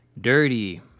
dirty